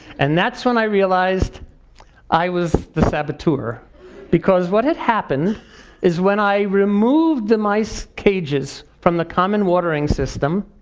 and that's when i realized i was the saboteur because what had happened is when i removed the mice cages from the common watering system,